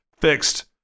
fixed